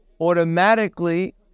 automatically